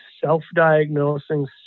self-diagnosing